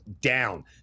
down